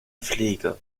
pflege